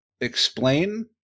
explain